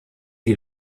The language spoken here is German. die